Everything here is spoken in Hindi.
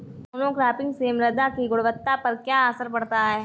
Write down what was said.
मोनोक्रॉपिंग से मृदा की गुणवत्ता पर क्या असर पड़ता है?